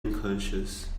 unconscious